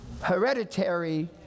hereditary